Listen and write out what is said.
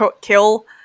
Kill